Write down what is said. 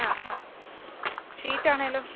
ആ ഹാ ഷീറ്റാണേലോ